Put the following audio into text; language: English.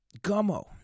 gummo